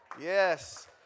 Yes